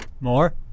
More